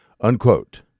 unquote